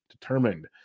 determined